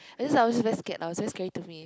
I just I was very scared lah it was very scary to me